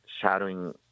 shadowing